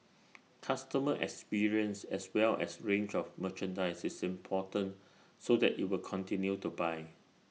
customer experience as well as range of merchandise is important so that IT will continue to buy